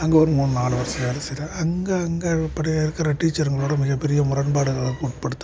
அங்கே ஒரு மூணு நாலு வருஷம் வேலை செய்கிறேன் அங்கே அங்கே படி இருக்கிற டீச்சருங்களோட மிகப் பெரிய முரண்பாடுகள் உட்படுத்தப்படுகிறேன்